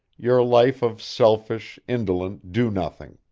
your life of selfish, indolent do-nothing.